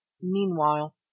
Meanwhile